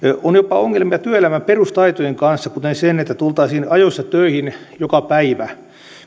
ongelmia työelämän perustaitojen kanssa kuten sen että tultaisiin ajoissa töihin joka päivä